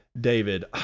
David